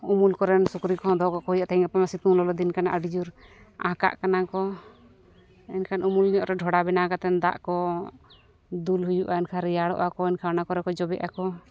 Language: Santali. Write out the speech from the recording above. ᱩᱢᱩᱞ ᱠᱚᱨᱮᱱ ᱥᱩᱠᱨᱤ ᱠᱚ ᱫᱚᱦᱚ ᱠᱟᱠᱚ ᱦᱩᱭᱩᱜᱼᱟ ᱛᱮᱦᱤᱧ ᱜᱟᱯᱟ ᱢᱟ ᱥᱤᱛᱩᱝ ᱞᱚᱞᱚ ᱫᱤᱱ ᱠᱟᱱᱟ ᱟᱹᱰᱤᱡᱳᱨ ᱦᱟᱸᱠᱟᱜ ᱠᱟᱱᱟ ᱠᱚ ᱮᱱᱠᱷᱟᱱ ᱩᱢᱩᱞ ᱧᱚᱜᱼᱨᱮ ᱰᱚᱰᱷᱟ ᱵᱮᱱᱟᱣ ᱠᱟᱛᱮᱫ ᱫᱟᱜ ᱠᱚ ᱫᱩᱞ ᱦᱩᱭᱩᱜᱼᱟ ᱮᱱᱠᱷᱟᱱ ᱨᱮᱭᱟᱲᱚᱜᱼᱟ ᱠᱚ ᱢᱮᱱᱠᱷᱟᱱ ᱚᱱᱮ ᱠᱚᱨᱮ ᱠᱚ ᱡᱚᱵᱮᱜ ᱟᱠᱚ